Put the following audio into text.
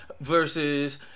Versus